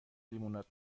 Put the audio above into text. لیموناد